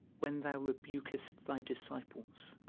when thou rebukest thy disciples,